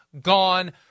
gone